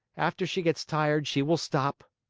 after she gets tired, she will stop.